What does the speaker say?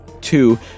Two